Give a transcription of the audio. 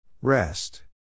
Rest